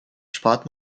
spart